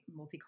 multicultural